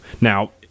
now